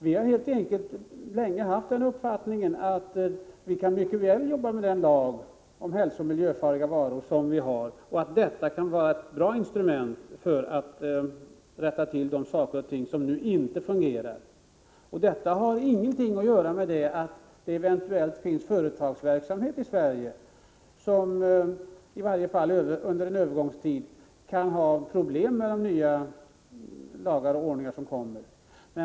Vi har helt enkelt länge haft den uppfattningen att vi mycket väl kan jobba med den lag om hälsooch miljöfarliga varor som vi har och att den kan vara ett bra instrument för att rätta till de saker och ting som nu inte fungerar. Detta har ingenting att göra med att det eventuellt finns företagsverksamhet i Sverige som i varje fall under en övergångstid kan ha problem med de nya lagar och förordningar som kommer.